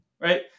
right